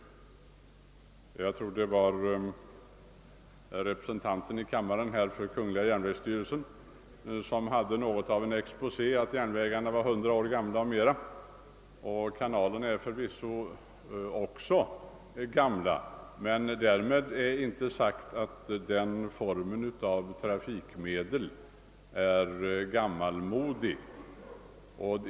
En kammarledamot som representerar kungl. järnvägsstyrelsen gjorde en exposé över järnvägstrafiken och sade att våra järnvägar är över 100 år gamla, och kanalerna är förvisso också gamla. Men därmed inte sagt att kanaltrafiken är något gammalmodigt.